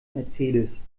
mercedes